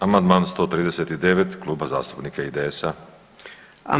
Amandman 139 Kluba zastupnika IDS-a.